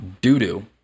doo-doo